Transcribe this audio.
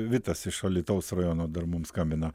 vitas iš alytaus rajono dar mums skambina